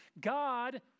God